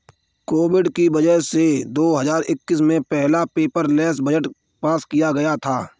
Covid की वजह से दो हजार इक्कीस में पहला पेपरलैस बजट पास किया गया था